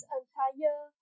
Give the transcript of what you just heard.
entire